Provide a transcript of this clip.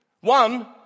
One